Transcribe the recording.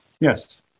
Yes